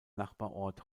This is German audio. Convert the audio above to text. nachbarort